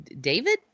David